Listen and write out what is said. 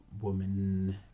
woman